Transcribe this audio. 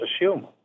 assume